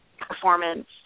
performance